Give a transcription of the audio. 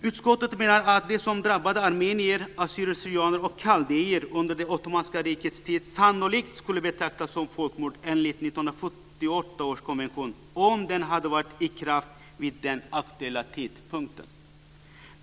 Utskottet menar att det som drabbade armenier, assyrier/syrianer och kaldéer under det ottomanska rikets tid sannolikt skulle betraktas som folkmord enligt 1948 års konvention om den hade varit i kraft vid den aktuella tidpunkten.